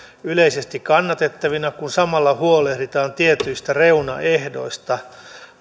yleisesti kannatettavina kun samalla huolehditaan tietyistä reunaehdoista